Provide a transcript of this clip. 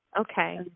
Okay